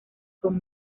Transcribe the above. con